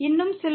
இன்னும் சில